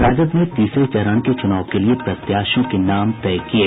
राजद ने तीसरे चरण के चुनाव के लिये प्रत्याशियों के नाम तय किये